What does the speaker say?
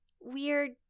weird